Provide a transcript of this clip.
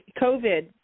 COVID